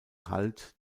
halt